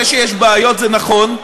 זה שיש בעיות זה נכון,